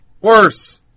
worse